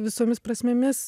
visomis prasmėmis